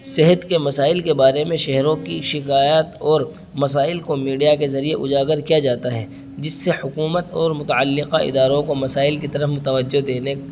صحت کے مسائل کے بارے میں شہروں کی شکایت اور مسائل کو میڈیا کے ذریعے اجاگر کیا جاتا ہے جس سے حکومت اور متعلقہ اداروں کو مسائل کی طرف متوجہ دینے